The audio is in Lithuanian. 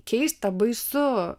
keista baisu